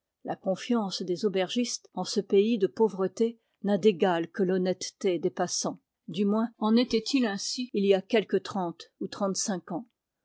la confiance des aubergistes en ce pays de pauvreté n'a d'égale que l'honnêteté des passants du moins en était-il ainsi il y a quelque trente ou trente-cinq ans